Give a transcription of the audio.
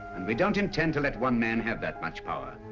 and we don't intend to let one man have that much power.